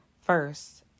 first